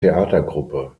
theatergruppe